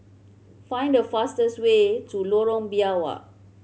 find the fastest way to Lorong Biawak